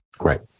Right